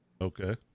okay